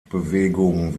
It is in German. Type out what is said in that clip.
bewegung